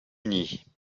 uni